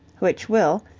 which will,